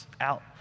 out